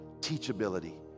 teachability